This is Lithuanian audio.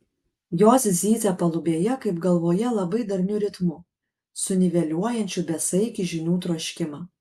jos zyzia palubėje kaip galvoje labai darniu ritmu suniveliuojančiu besaikį žinių troškimą